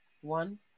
one